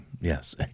yes